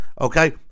okay